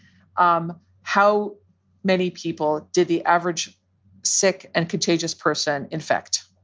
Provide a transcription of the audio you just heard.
um how many people did the average sick and contagious person in fact?